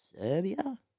Serbia